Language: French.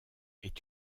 est